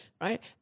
Right